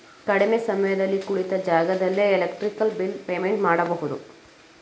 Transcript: ಕಡಿಮೆ ಸಮಯದಲ್ಲಿ ಕುಳಿತ ಜಾಗದಲ್ಲೇ ಎಲೆಕ್ಟ್ರಿಕ್ ಬಿಲ್ ಪೇಮೆಂಟ್ ಮಾಡಬಹುದು